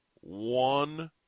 one